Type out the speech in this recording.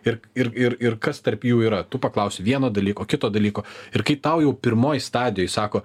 ir ir ir ir kas tarp jų yra tu paklausi vieno dalyko kito dalyko ir kai tau jau pirmoj stadijoj sako